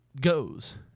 goes